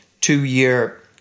two-year